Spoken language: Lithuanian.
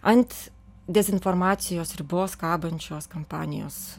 ant dezinformacijos ribos kabančios kampanijos